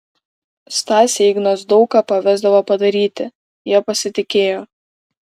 stasei ignas daug ką pavesdavo padaryti ja pasitikėjo